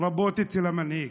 רבות אצל המנהיג.